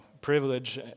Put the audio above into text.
privilege